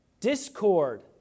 discord